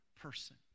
person